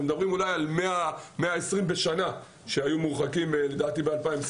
אנחנו מדברים אולי על 120 בשנה שהיו מורחקים ב-2021,